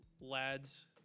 lads